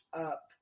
up